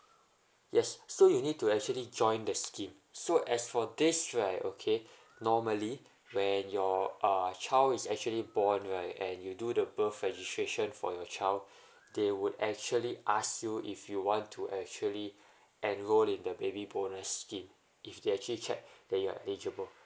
yes so you need to actually join the scheme so as for this right okay normally when your uh child is actually born right and you do the birth registration for your child they would actually ask you if you want to actually enrolled in the baby bonus scheme if they actually checked that you're eligible